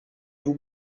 vous